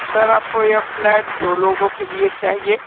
sir आपको ये flat दो लोगों के लिए चाहिए